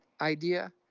idea